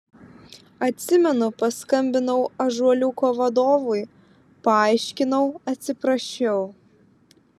atsimenu paskambinau ąžuoliuko vadovui paaiškinau atsiprašiau